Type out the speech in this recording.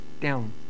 down